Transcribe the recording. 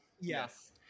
yes